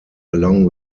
along